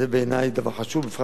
זה בעיני דבר חשוב, בפרט